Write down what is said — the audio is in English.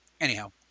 Anyhow